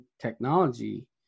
technology